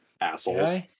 assholes